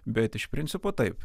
bet iš principo taip